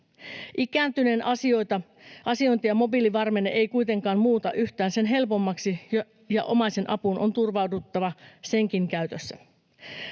Ikääntyneen asiointia mobiilivarmenne ei kuitenkaan muuta yhtään sen helpommaksi, ja omaisen apuun on turvauduttava senkin käytössä.